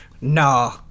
No